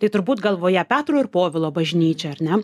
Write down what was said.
tai turbūt galvoje petro ir povilo bažnyčia ar ne